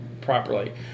properly